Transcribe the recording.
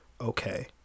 okay